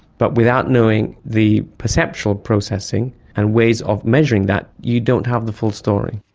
but without knowing the perceptual processing and ways of measuring that, you don't have the full story.